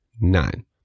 nine